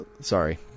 Sorry